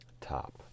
top